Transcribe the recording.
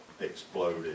Exploded